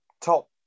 top